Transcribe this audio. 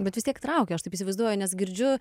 bet vis tiek traukia aš taip įsivaizduoju nes girdžiu